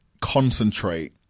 concentrate